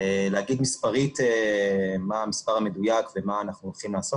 להגיד מספרית מה המספר המדויק ומה אנחנו הולכים לעשות,